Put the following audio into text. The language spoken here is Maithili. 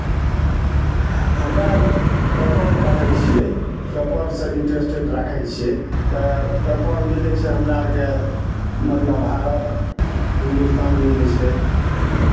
हमरा आर पेपर पढ़ै छियै पेपरसँ इंटरेस्टेड राखै छियै तऽ पेपर मिलै छै हमरा आरके मतलब भारत हिन्दुस्तान मिलै छै